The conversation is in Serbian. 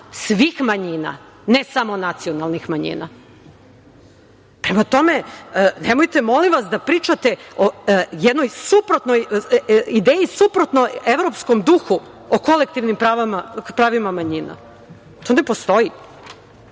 svih manjina, ne samo nacionalnih manjina. Prema tome, nemojte molim vas da pričate o jednoj ideji suprotnoj evropskom duhu o kolektivnim pravima manjina. To ne postoji.